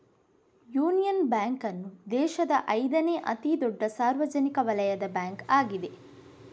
union Bank ಅನ್ನು ದೇಶದ ಐದನೇ ಅತಿ ದೊಡ್ಡ ಸಾರ್ವಜನಿಕ ವಲಯದ ಬ್ಯಾಂಕ್ ಆಗಿದೆ